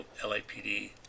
LAPD